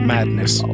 Madness